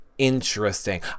Interesting